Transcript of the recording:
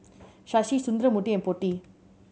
Shashi Sundramoorthy and Potti